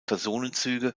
personenzüge